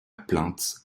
plainte